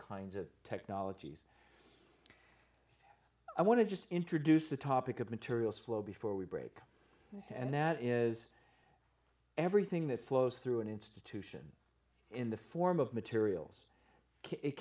kinds of technologies i want to just introduce the topic of materials flow before we break and that is everything that flows through an institution in the form of materials kit